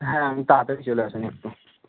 হ্যাঁ আপনি তাড়াতাড়ি চলে আসুন একটু